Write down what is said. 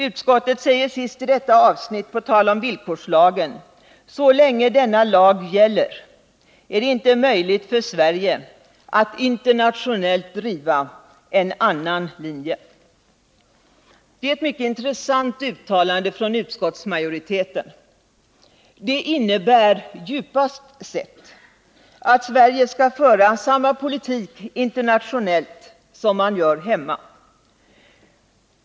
Utskottet säger sist i detta avsnitt på tal om villkorslagen: ”Så länge denna lag gäller är det inte möjligt för Sverige att internationellt driva en annan linje.” Det är ett mycket intressant uttalande av utskottsmajoriteten. Det innebär djupast sett att Sverige skall föra samma politik internationellt som man för hemma.